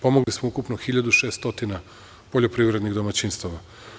Pomogli smo ukupno 1.600 stotina poljoprivrednih domaćinstava.